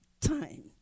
time